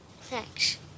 Thanks